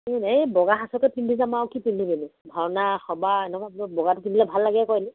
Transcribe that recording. এই বগা সাজটোকে পিন্ধি যাম আৰু কি পিন্ধিবিনো ভাওনা সবাহ এনেকুৱাবোৰত বগাটো পিন্ধিলে ভাল লাগে আকৌ এনেই